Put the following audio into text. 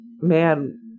man